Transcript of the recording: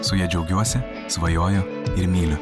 su ja džiaugiuosi svajoju ir myliu